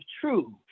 true